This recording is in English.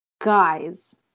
Guys